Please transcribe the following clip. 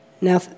Now